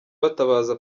batabaza